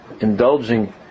indulging